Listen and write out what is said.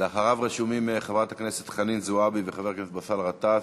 לאחריו רשומים חברת הכנסת חנין זועבי וחבר הכנסת באסל גטאס.